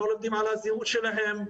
הם לא לומדים על הזהות שלהם.